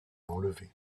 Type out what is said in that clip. enlevée